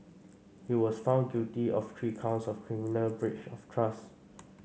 he was found guilty of three counts of criminal breach of trust